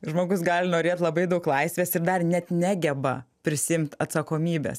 žmogus gali norėt labai daug laisvės ir dar net negeba prisiimt atsakomybės